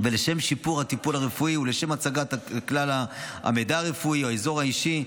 לשם שיפור הטיפול הרפואי ולשם הצגת כלל המידע הרפואי או האזור האישי,